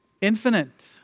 Infinite